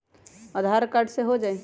आधार card से हो जाइ?